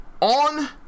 on